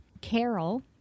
Carol